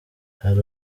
hari